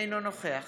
אינו נוכח